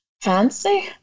fancy